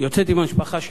יוצאת עם המשפחה שלה.